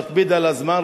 מקפיד על הזמן,